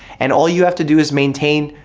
and all you have to do is maintain